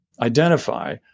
identify